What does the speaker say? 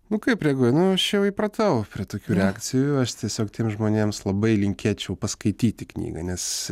nu kaip reaguoju nu aš jau įpratau prie tokių reakcijų aš tiesiog tiems žmonėms labai linkėčiau paskaityti knygą nes